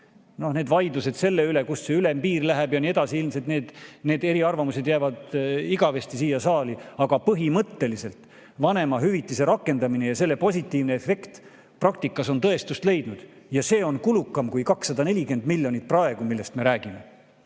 Vaidlused selle üle, kust see ülempiir läheb ja nii edasi – ilmselt need eriarvamused jäävad igavesti siia saali, aga põhimõtteliselt vanemahüvitise rakendamine ja selle positiivne efekt praktikas on tõestust leidnud ja see on kulukam kui 240 miljonit [eurot], millest me praegu